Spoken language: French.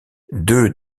deux